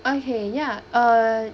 okay ya err